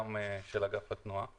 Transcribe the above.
קצין אג"ם של אגף התנועה.